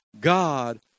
God